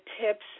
tips